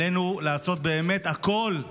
עלינו לעשות באמת הכול,